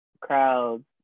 crowds